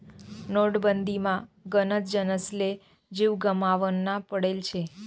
नोटबंदीमा गनच जनसले जीव गमावना पडेल शे